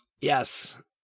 yes